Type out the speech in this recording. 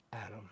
Adam